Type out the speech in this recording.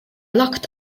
locked